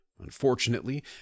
Unfortunately